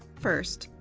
first,